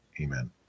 Amen